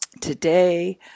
today